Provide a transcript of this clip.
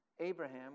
Abraham